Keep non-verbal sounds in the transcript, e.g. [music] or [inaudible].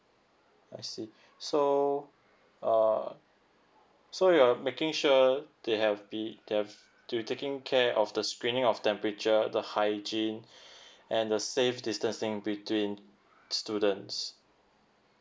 I see so uh so you are making sure they have be they have they will taking care of the screening of temperature the hygiene [breath] and the safe distancing between students